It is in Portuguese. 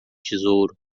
tesouro